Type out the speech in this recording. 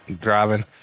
driving